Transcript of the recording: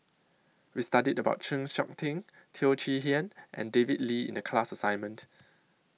We studied about Chng Seok Tin Teo Chee Hean and David Lee in The class assignment